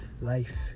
life